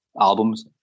albums